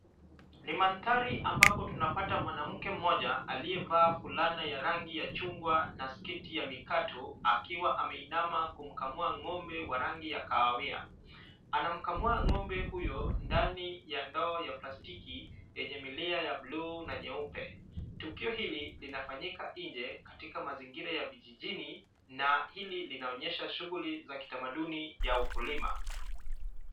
Ni mandhari ambapo tunapata mwanamke mmoja alivaa fulana ya rangi ya chungwa na sketi ya mikato akiwa ameinama kumkamua ngombe wa rangi ya kahawia. Anamkamua ngombe huyo ndani ya ndoo ya plastiki yenye milia ya bluu na nyeupe. Tukio hili linafanyika nje katika mazingira ya vijijini na hili linaonyesha shughuli za kitamaduni ya ukulima.